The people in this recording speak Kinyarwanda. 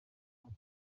neza